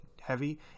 heavy